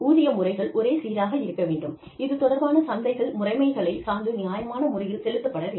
ஊதிய முறைகள் ஒரே சீராக இருக்க வேண்டும் இது தொடர்பான சந்தைகள் முறைமைகளை சார்ந்து நியாயமான முறையில் செலுத்தப்பட வேண்டும்